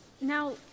Now